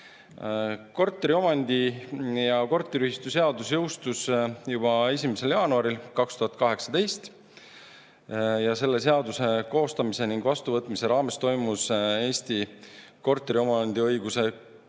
Korteriomandi‑ ja korteriühistuseadus jõustus juba 1. jaanuaril 2018. Selle seaduse koostamise ning vastuvõtmise raames toimus Eesti korteriomandiõiguse